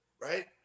right